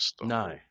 No